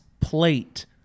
plate